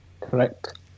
Correct